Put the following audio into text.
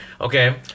okay